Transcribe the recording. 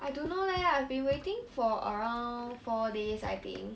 I don't know leh I've been waiting for around four days I think